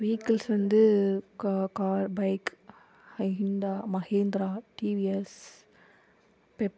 vehicles வந்து கா car bike ஹி ஹிண்டா மஹேந்திரா டிவிஎஸ் பெப்ட்